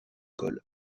cole